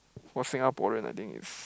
for Singaporean I think is